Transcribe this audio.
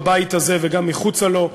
בבית הזה וגם מחוצה לו,